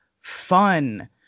fun